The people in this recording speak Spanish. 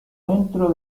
dentro